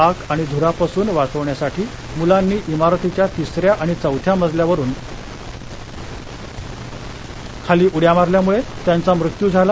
आग आणि ध्रापासून वाचवण्यासाठी मुलांनी इमारतीच्या तिसऱ्या आणि चौथ्या मजल्यावरून खाली उड्या मारल्यामुळे त्यांचा मृत्यू झाला